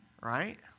right